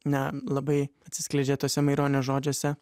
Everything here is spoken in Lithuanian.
ne labai atsiskleidžia tuose maironio žodžiuose